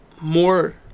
more